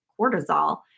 cortisol